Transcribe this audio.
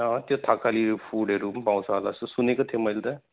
त्यो थकाली फुडहरू पनि पाउँछ होला यस्तो सुनेको थिएँ मैले त